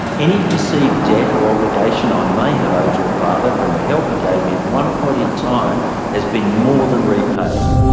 any perceived debt or obligation i may have owed your father from the help he gave me at one point in time has been more than repaid.